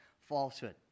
falsehood